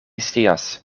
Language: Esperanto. scias